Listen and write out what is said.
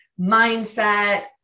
mindset